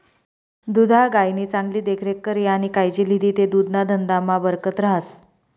दुधाळ गायनी चांगली देखरेख करी आणि कायजी लिदी ते दुधना धंदामा बरकत रहास